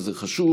וזה חשוב.